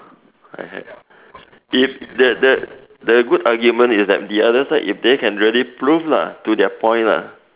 I had if the the the good argument is like the other side if they can really prove lah to their point lah